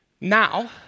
Now